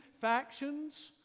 factions